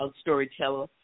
storyteller